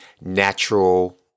natural